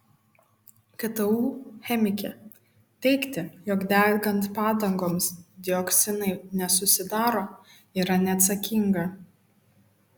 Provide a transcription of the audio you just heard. ktu chemikė teigti jog degant padangoms dioksinai nesusidaro yra neatsakinga